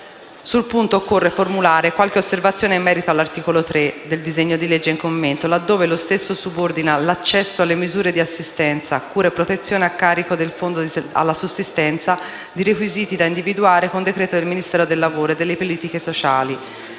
Sul punto, occorre formulare qualche osservazione in merito all'articolo 3 del disegno di legge laddove lo stesso subordina l'accesso alle misure di assistenza, cura e protezione a carico del Fondo alla sussistenza di requisiti da individuare con decreto del Ministro del lavoro e delle politiche sociali,